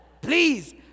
please